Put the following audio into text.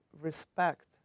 respect